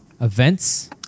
events